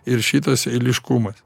ir šitas eiliškumas